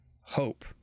hope